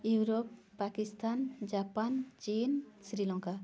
Europe Pakistan Japan China Sri Lanka